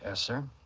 ah sir.